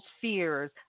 fears